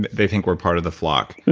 they think we're part of the flock.